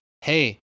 hey